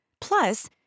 Plus